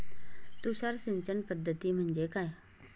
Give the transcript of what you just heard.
तुषार सिंचन पद्धती म्हणजे काय?